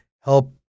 help